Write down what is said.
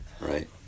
Right